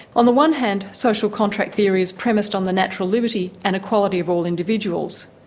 on the one hand, social contract theory is premised on the natural liberty and equality of all individuals.